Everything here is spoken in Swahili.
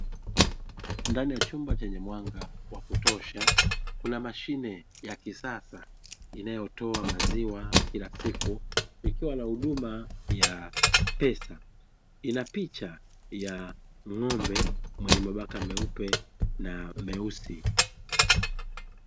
Ndani ya chumba chenye mwanga wa kutosha, kuna mashine ya kisasa inayotoa maziwa kila siku ikiwa na huduma ya pesa, ina picha ya ng'ombe mwenye mabaka meupe na meusi.